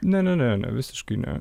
ne ne ne ne visiškai ne